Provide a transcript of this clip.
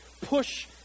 push